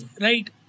Right